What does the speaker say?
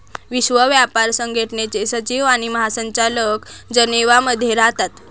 विश्व व्यापार संघटनेचे सचिव आणि महासंचालक जनेवा मध्ये राहतात